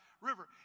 river